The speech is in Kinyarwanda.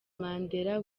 mandela